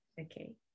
Okay